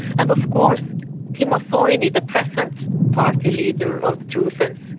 and of course timo soini, the present party leader of the true finns,